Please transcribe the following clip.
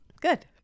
Good